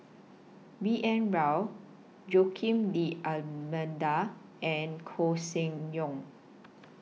B N Rao Joaquim D'almeida and Koeh Sia Yong